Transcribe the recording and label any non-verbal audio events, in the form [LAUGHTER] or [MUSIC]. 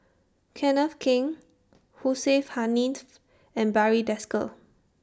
Kenneth Keng Hussein [UNINTELLIGIBLE] and Barry Desker